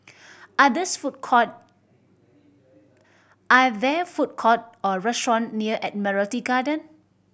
are these food court are there food court or restaurant near Admiralty Garden